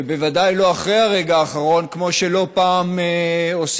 בוודאי לא אחרי הרגע האחרון, כמו שלא פעם עושים.